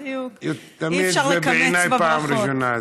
תמיד ממך בעיניי זו פעם ראשונה.